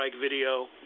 video